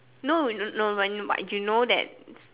no no but but you know that